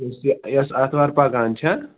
یۅس یہِ یۅس آتھوار پَکان چھِ